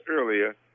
earlier